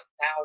now